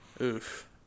Oof